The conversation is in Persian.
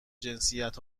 جنسیت